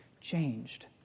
changed